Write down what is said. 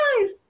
guys